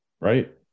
Right